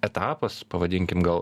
etapas pavadinkim gal